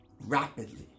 rapidly